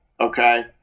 okay